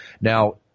Now